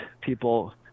people